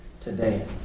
today